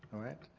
alright.